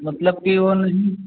मतलब कि वो नहीं